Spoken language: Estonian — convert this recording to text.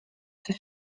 sest